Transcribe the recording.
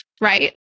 right